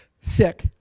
sick